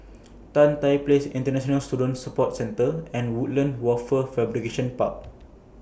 Tan Tye Place International Student Support Centre and Woodlands Wafer Fabrication Park